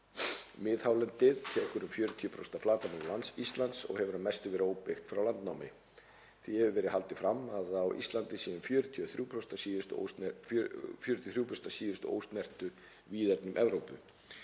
Miðhálendið þekur um 40% af flatarmáli Íslands og hefur að mestu verið óbyggt allt frá landnámi. Því hefur verið haldið fram að á Íslandi séu um 43% af síðustu ósnertu víðernum Evrópu.